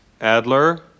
Adler